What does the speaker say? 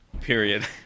Period